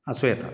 आसूं येता